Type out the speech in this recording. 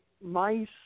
mice